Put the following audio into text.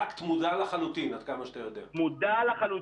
עד כמה שאתה יודע, זה אקט מודע לחלוטין.